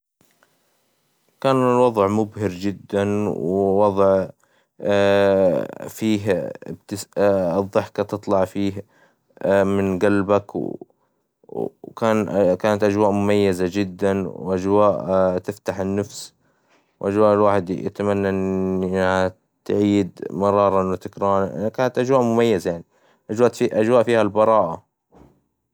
كان الوظع مبهر جدا، ووظع فيه الظحكة تطلع فيها من قلبك وكانت أجواء مميزة جدا، وأجواء تفتح النفس، وأجواء الواحد يتمنى أن تعيد مراراً وتكراراً، كانت أجواء مميزة يعني أجواء فيها البراءة.